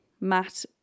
Matt